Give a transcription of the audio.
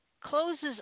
closes